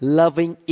loving